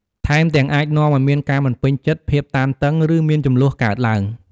ថែមទាំងអាចនាំឱ្យមានការមិនពេញចិត្ត ភាពតានតឹង ឬមានជម្លោះកើតឡើង។